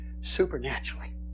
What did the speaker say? supernaturally